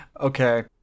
Okay